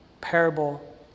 parable